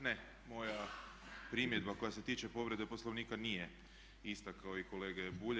Ne, moja primjedba koja se tiče povrede Poslovnika nije ista kao i kolege Bulja.